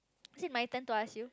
is it my turn to ask you